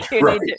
right